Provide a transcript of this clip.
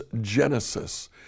Genesis